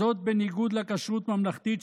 זאת בניגוד לכשרות ממלכתית,